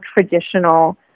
traditional